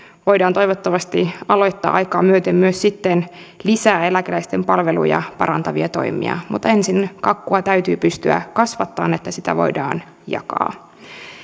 voidaan toivottavasti aloittaa aikaa myöten myös sitten lisää eläkeläisten palveluja parantavia toimia mutta ensin kakkua täytyy pystyä kasvattamaan että sitä voidaan jakaa